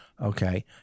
Okay